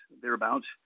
thereabouts